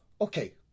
Okay